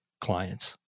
clients